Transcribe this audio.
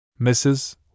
Mrs